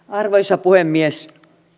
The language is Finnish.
arvoisa puhemies